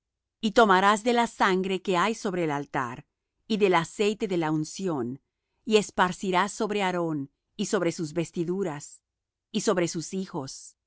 y tomarás de la sangre que hay sobre el altar y del aceite de la unción y esparcirás sobre aarón y sobre sus vestiduras y sobre sus hijos